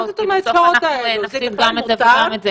כי בסוף אנחנו נפסיד גם את זה וגם את זה.